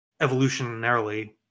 evolutionarily